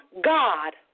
God